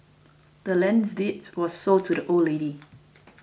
the land's deed was sold to the old lady